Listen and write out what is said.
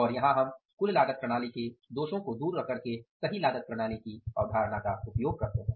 और यहां हम कुल लागत प्रणाली के दोषों को दूर रखके सही लागत प्रणाली की अवधारणा का उपयोग करते हैं